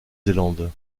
zélande